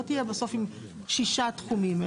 לא תהיה בסוף עם שישה תחומים,